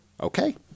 Okay